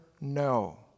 no